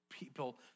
People